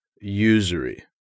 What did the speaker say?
usury